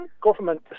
government